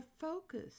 focus